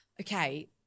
okay